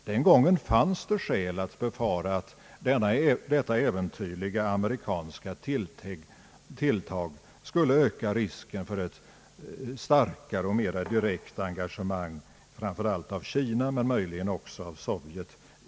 Den gången fanns det skäl att befara att detta äventyrliga amerikanska tilltag skulle öka risken för ett starkare och mera direkt engagemang i konflikten, framför allt av Kina men möjligen också av Sovjet.